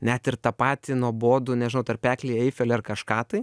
net ir tą patį nuobodų nežinau tarpeklį eifelį ar kažką tai